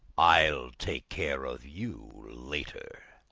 i'll take care of you later.